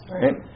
right